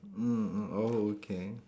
mm mm oh okay